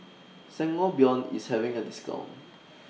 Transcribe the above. Sangobion IS having A discount